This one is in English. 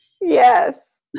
Yes